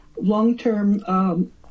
long-term